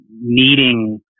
needing